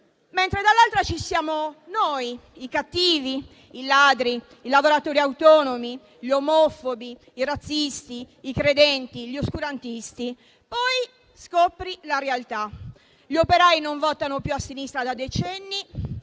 mentre dall'altra ci siamo noi, i cattivi, i ladri, i lavoratori autonomi, gli omofobi, i razzisti, i credenti e gli oscurantisti. Poi si scopre la realtà: gli operai non votano più a sinistra da decenni